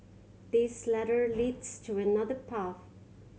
this ladder leads to another path